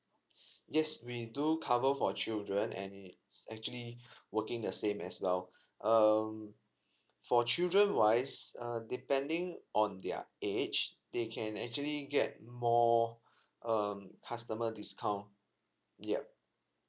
yes we do cover for children and it's actually working the same as well um for children wise err depending on their age they can actually get more um customer discount ya